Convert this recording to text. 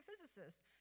physicist